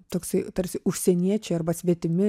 toksai tarsi užsieniečiai arba svetimi